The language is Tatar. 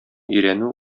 өйрәнү